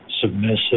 Submissive